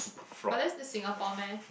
but that's the Singapore meh